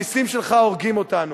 המסים שלך הורגים אותנו.